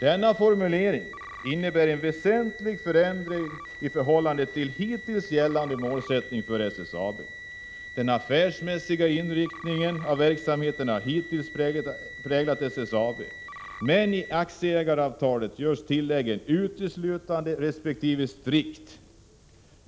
Denna formulering innebär en väsentlig förändring i förhållande till hittills gällande målsättning för SSAB. En affärsmässig inriktning har redan hittills präglat SSAB:s verksamhet, men i aktieägaravtalet görs tilläggen ”uteslutande” resp. ”strikt”.